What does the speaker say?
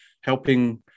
helping